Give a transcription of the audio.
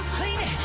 cleaning